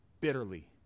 bitterly